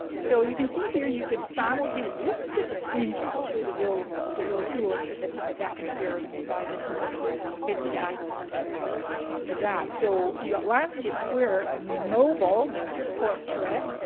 so you can see here you can simultaneously this is just a screenshot, i'll show you the real the real tool in just a quick second here and we'll dive into the facebook ad content after that. so you've got landscape, square, mobile, that's your portrait.